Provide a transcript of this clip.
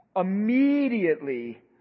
immediately